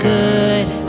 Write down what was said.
good